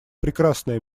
прекрасное